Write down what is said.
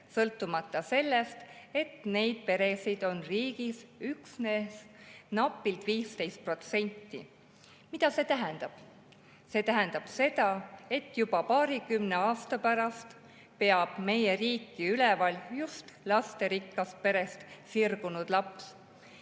sõltumata sellest, et neid peresid on riigis üksnes napilt 15%? Mida see tähendab? See tähendab seda, et juba paarikümne aasta pärast peab meie riiki üleval just lasterikkast perest sirgunud laps,